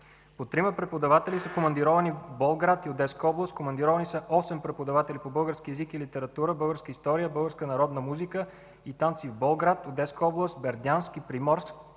По трима преподаватели са командировани във Волград и Одеска област, осем преподаватели по български език и литература, българска история, българска народна музика и танци във Волград, Одеска област, Бердянск и Приморск,